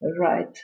right